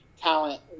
talent